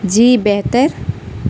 جی بہتر